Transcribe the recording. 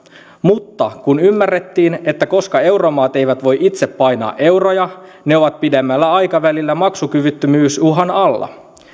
mutta kun ymmärrettiin että koska euromaat eivät voi itse painaa euroja ne ovat pidemmällä aikavälillä maksukyvyttömyysuhan alla